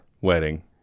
Wedding